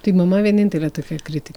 tai mama vienintelė tokia kritik